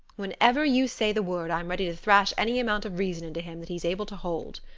whenever you say the word i'm ready to thrash any amount of reason into him that he's able to hold.